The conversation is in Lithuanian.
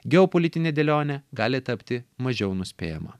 geopolitinė dėlionė gali tapti mažiau nuspėjama